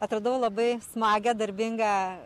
atradau labai smagią darbingą